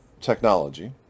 technology